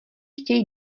chtějí